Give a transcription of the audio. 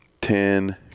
Ten